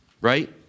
right